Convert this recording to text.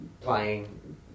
playing